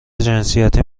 جنسیتی